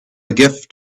gift